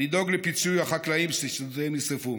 לדאוג לפיצוי החקלאים ששדותיהם נשרפו.